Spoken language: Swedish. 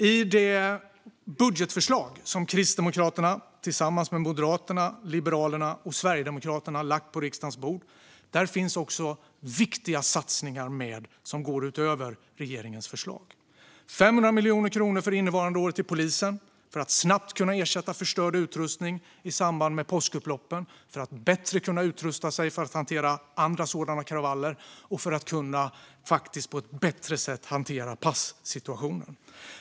I det budgetförslag som Kristdemokraterna tillsammans med Moderaterna, Liberalerna och Sverigedemokraterna har lagt på riksdagens bord finns också viktiga satsningar med som går utöver regeringens förslag. Vi vill ge 500 miljoner kronor för innevarande år till polisen för att snabbt kunna ersätta förstörd utrustning i samband med påskupploppen, för att bättre kunna utrusta sig för att hantera andra sådana kravaller och för att på ett bättre sätt kunna hantera passituationen.